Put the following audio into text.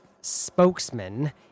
spokesman